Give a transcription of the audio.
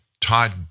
Todd